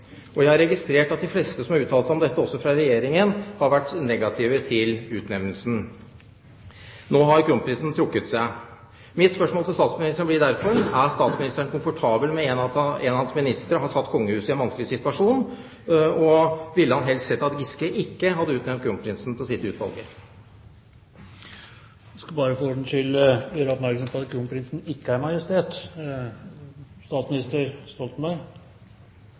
Jeg har registrert at de fleste som har uttalt seg om dette, også fra Regjeringen, har vært negative til utnevnelsen. Nå har kronprinsen trukket seg. Mitt spørsmål til statsministeren blir derfor: Er statsministeren komfortabel med at en av hans ministre har satt kongehuset i en vanskelig situasjon? Ville han helst ha sett at Trond Giske ikke hadde utnevnt kronprinsen til å sitte i utvalget? Presidenten skal bare for ordens skyld få gjøre oppmerksom på at kronprinsen ikke er majestet.